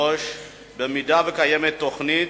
3. אם קיימת תוכנית,